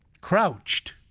crouched